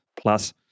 plus